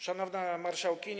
Szanowna Marszałkini!